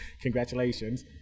congratulations